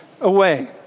away